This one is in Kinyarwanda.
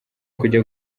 kujya